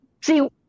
see